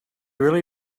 really